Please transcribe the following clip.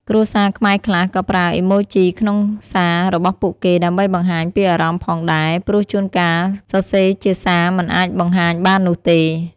គ្រួសារខ្មែរខ្លះ ក៏ប្រើអុីម៉ូជីក្នុងសាររបស់ពួកគេ ដើម្បីបង្ហាញពីអារម្មណ៍ផងដែរ ព្រោះជួនកាលសរសេរជាសារមិនអាចបង្ហាញបាននោះទេ។